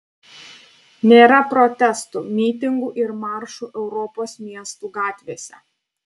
nėra protestų mitingų ir maršų europos miestų gatvėse